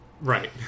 Right